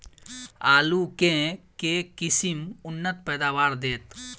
आलु केँ के किसिम उन्नत पैदावार देत?